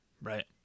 Right